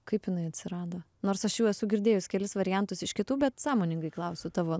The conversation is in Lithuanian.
kaip jinai atsirado nors aš jau esu girdėjus kelis variantus iš kitų bet sąmoningai klausiu tavo